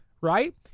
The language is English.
right